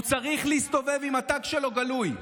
הוא צריך להסתובב עם התג שלו גלוי.